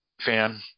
fan